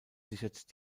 sichert